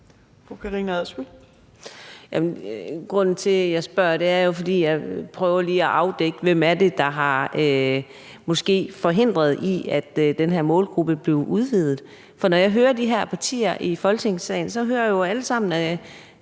Grunden til jeg spørger, er, at jeg prøver lige at afdække, hvem det er, der måske har forhindret, at den her målgruppe blev udvidet. For når jeg hører de her partier i Folketingssalen, så hører jeg jo, at de alle sammen